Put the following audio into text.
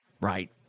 right